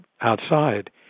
outside